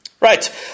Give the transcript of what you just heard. Right